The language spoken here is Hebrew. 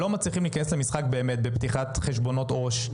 שלא מצליחים להיכנס למשחק בפתיחת חשבונות עו"ש.